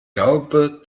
glaube